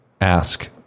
ask